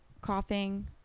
Coughing